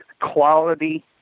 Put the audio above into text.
quality